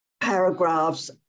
paragraphs